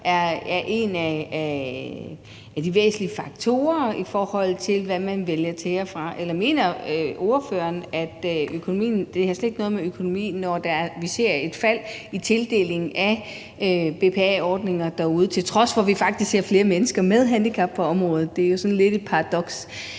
er en af de væsentlige faktorer, i forhold til hvad man vælger til og fra? Eller mener ordføreren, at det slet ikke har noget at gøre med økonomien, når vi ser et fald i tildelingen af BPA-ordninger derude, til trods for at vi faktisk ser mennesker med handicap på området? Det er jo sådan lidt et paradoks.